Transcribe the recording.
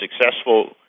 successful